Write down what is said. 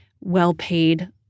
well-paid